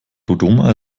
dodoma